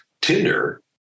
Tinder